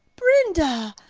brenda,